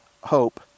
hope